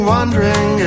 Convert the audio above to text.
Wondering